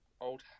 old